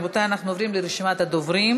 רבותי, אנחנו עוברים לרשימת הדוברים.